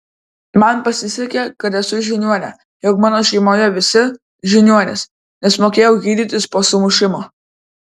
man pasisekė kad esu žiniuonė jog mano šeimoje visi žiniuonys nes mokėjau gydytis po sumušimų